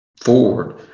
forward